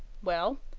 well,